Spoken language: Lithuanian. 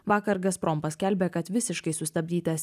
vakar gazprom paskelbė kad visiškai sustabdytas